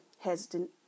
hesitant